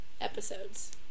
episodes